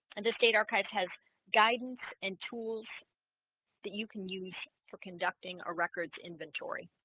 and the state archives has guidance and tools that you can use for conducting a records inventory